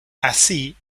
así